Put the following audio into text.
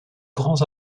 grands